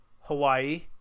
Hawaii